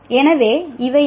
எனவே இவை என்ன